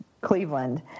Cleveland